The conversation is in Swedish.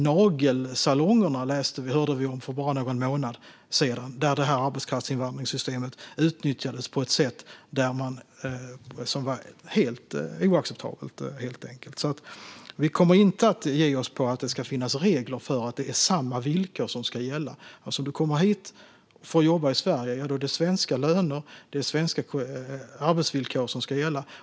Nagelsalongerna hörde vi om för bara någon månad sedan, där detta arbetskraftsinvandringssystem utnyttjas på ett helt oacceptabelt sätt. Vi kommer därför inte att ge oss när det gäller att det ska finnas regler för att samma villkor ska gälla. Om någon kommer hit för att jobba i Sverige är det svenska löner och svenska arbetsvillkor som ska gälla.